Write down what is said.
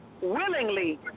willingly